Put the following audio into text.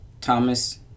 thomas